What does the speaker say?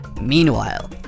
Meanwhile